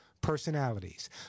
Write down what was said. Personalities